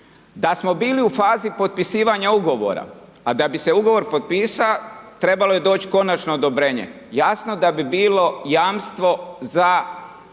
Da smo bili u fazi potpisivanja ugovora, a da bi se ugovor potpisao trebalo je doći konačno odobrenje, jasno da bi bilo jamstvo za